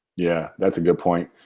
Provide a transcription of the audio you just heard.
yeah, that's a good point.